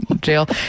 jail